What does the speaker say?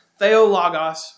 theologos